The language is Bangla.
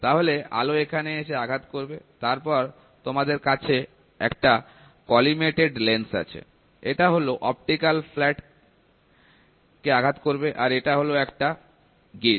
তাহলে আলো এখানে এসে আঘাত করবে তারপরে তোমাদের কাছে একটা কলিমেটেড লেন্স আছে এটা একটা অপটিকাল ফ্ল্যাট কে আঘাত করবে আর এটা হল একটা গেজ